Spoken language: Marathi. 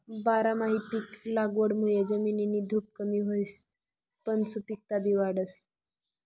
बारमाही पिक लागवडमुये जमिननी धुप कमी व्हसच पन सुपिकता बी वाढस